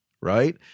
right